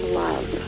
love